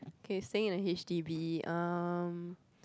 okay staying in a H_D_B um